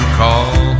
call